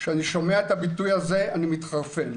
כשאני שומע את הביטוי הזה אני מתחרפן,